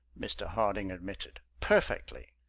mr. harding admitted perfectly!